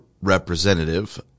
representative